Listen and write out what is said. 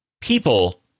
people